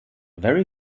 very